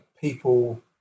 people